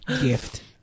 gift